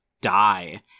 die